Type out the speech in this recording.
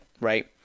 right